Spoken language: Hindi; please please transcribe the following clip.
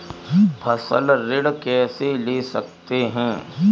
फसल ऋण कैसे ले सकते हैं?